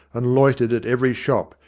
and loitered at every shop,